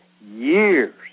years